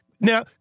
Now